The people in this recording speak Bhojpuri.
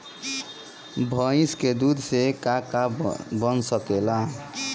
भइस के दूध से का का बन सकेला?